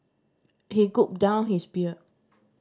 he gulped down his beer